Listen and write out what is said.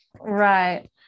right